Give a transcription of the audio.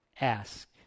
ask